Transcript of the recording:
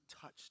touched